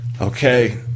Okay